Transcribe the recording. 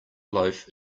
loaf